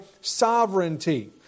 sovereignty